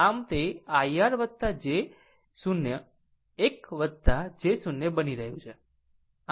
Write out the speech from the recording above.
આમ તે IR j 0 1 j 0 બની રહ્યું છે